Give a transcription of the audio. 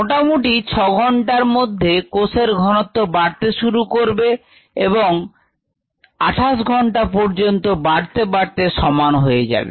মোটামুটি 6 ঘণ্টার মধ্যে কোষের ঘনত্ব বাড়তে শুরু করবে এবং 28 ঘন্টা পর্যন্ত বাড়তে বাড়তে সমান হয়ে যাবে